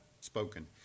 spoken